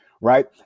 right